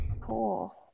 Cool